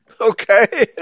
Okay